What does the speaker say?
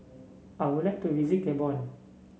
I would like to visit Gabon